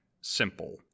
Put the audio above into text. simple